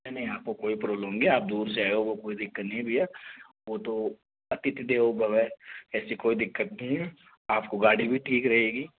नहीं नहीं आपको कोई प्रॉब्लम नहीं आप दूर से आये हो वो कोई दिक्कत नहीं है भैया वो तो अतिथि देवो भव है ऐसी कोई दिक्कत नहीं है आपको गाड़ी भी ठीक रहेगी